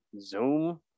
zoom